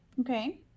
Okay